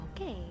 Okay